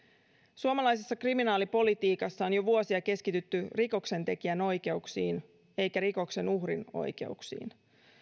suomalaisessa kriminaalipolitiikassa on jo vuosia keskitytty rikoksentekijän oikeuksiin eikä rikoksen uhrin oikeuksiin